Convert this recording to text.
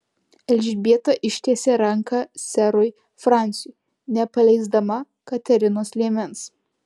elžbieta ištiesė ranką serui fransiui nepaleisdama katerinos liemens